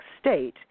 state